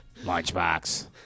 Lunchbox